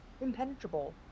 impenetrable